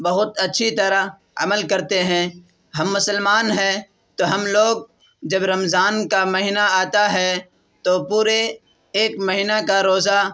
بہت اچھی طرح عمل کرتے ہیں ہم مسلمان ہیں تو ہم لوگ جب رمضان کا مہینہ آتا ہے تو پورے ایک مہینہ کا روزہ